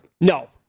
No